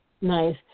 Nice